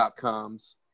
comes